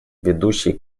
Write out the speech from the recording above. ведущий